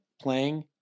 playing